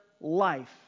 life